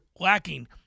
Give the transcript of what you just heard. lacking